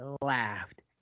laughed